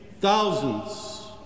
thousands